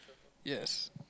yes